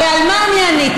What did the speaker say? הרי על מה אני עניתי?